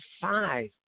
five